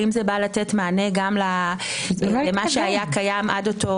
האם זה בא לתת מענה גם למה היה קיים עד אותו